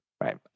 Right